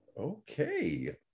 Okay